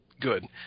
good